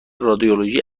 رادیولوژی